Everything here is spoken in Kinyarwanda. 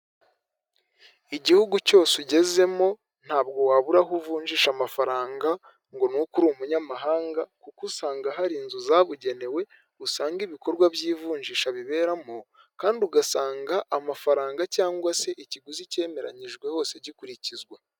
Igihugu cyose ugezemo ntabwo wabura aho uvunjisha amafaranga ngo n'uko uri umunyamahanga kuko usanga hari inzu zabugenewe usanga mo ibikorwa by'ivunjisha biberamo kandi ugasanga amafaranga cyangwa se ikiguzi cyemeranyijwe hose gikurikizwa.